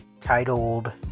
Titled